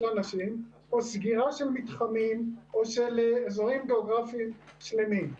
אנשים או סגירה של מתחמים או של אזורים גיאוגרפיים שלמים.